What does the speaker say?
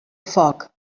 foc